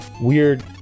weird